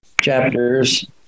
chapters